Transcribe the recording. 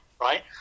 right